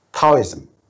Taoism